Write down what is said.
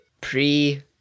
pre